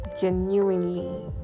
genuinely